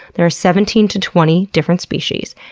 there are seventeen to twenty different species,